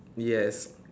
yes